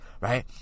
Right